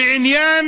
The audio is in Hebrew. בעניין